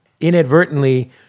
inadvertently